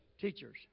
teachers